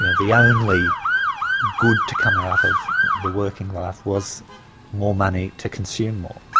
you know the only good to come out of the working life was more money to consume more.